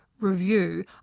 review